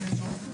אני איתי.